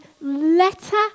letter